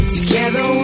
Together